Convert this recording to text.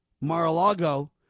Mar-a-Lago